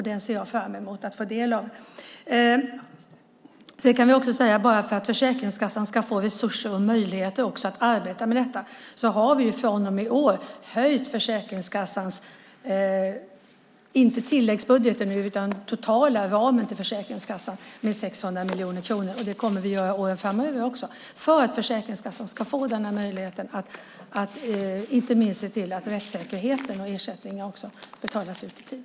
Den ser jag fram emot att få ta del av. För att Försäkringskassan ska få resurser och möjligheter att arbeta med detta har vi från och med i år höjt Försäkringskassans totala ram - alltså inte tilläggsbudgeten - med 600 miljoner kronor. Det kommer vi också att göra åren framöver för att Försäkringskassan ska få möjlighet att inte minst se till att rättssäkerhet ska råda och att ersättningar betalas ut i tid.